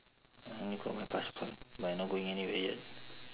I only got my passport but I not going anywhere yet